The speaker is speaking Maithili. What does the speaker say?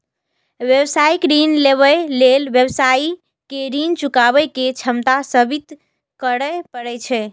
व्यावसायिक ऋण लेबय लेल व्यवसायी कें ऋण चुकाबै के क्षमता साबित करय पड़ै छै